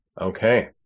Okay